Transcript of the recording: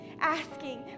asking